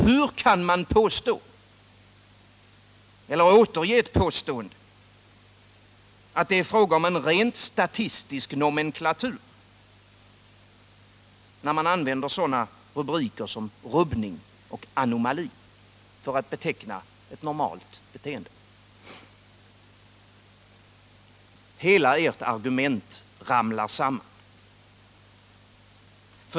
Hur kan man återge ett påstående om att det är fråga om rent statistisk nomenklatur, när man använder sådana rubriker som rubbning och anomali för att beteckna ett normalt beteende? Hela ert argument ramlar samman.